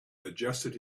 adjusted